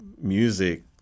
music